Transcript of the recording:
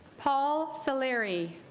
paul. so larry